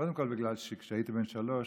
קודם כול, בגלל שכשהייתי בן שלוש